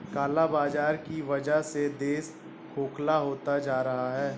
काला बाजार की वजह से देश खोखला होता जा रहा है